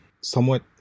somewhat